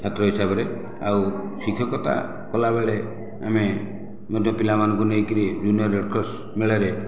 ଛାତ୍ର ହିସାବରେ ଆଉ ଶିକ୍ଷକତା କଲାବେଳେ ଆମେ ମଧ୍ୟ ପିଲାମାନଙ୍କୁ ନେଇକରି ଜୁନିଅର ରେଡକ୍ରସ ମେଳାରେ